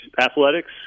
athletics